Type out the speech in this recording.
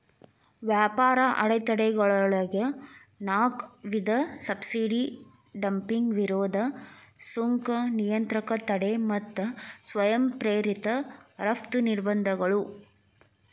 ವ್ಯಾಪಾರ ಅಡೆತಡೆಗಳೊಳಗ ನಾಕ್ ವಿಧ ಸಬ್ಸಿಡಿ ಡಂಪಿಂಗ್ ವಿರೋಧಿ ಸುಂಕ ನಿಯಂತ್ರಕ ತಡೆ ಮತ್ತ ಸ್ವಯಂ ಪ್ರೇರಿತ ರಫ್ತು ನಿರ್ಬಂಧಗಳು